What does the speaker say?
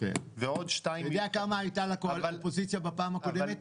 ועוד שתיים --- אתה יודע כמה היה לאופוזיציה בפעם הקודמת?